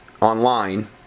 online